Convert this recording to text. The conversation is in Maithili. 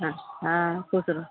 हँ खुश रहऽ